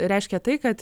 reiškia tai kad